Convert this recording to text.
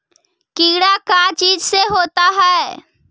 कीड़ा का चीज से होता है?